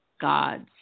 God's